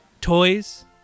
toys